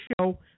show